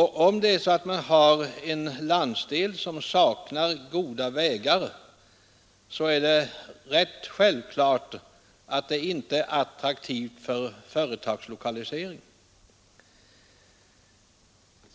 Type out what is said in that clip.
Har man en landsdel som saknar goda vägar, så är det ganska självklart att orten inte heller blir attraktiv när det gäller företagslokalisering.